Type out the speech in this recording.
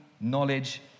knowledge